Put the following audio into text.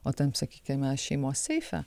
o tam sakykime šeimos seife